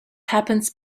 happens